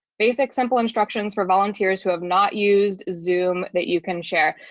basic simple instructions for volunteers who have not used zoom that you can share.